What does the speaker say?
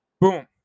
boom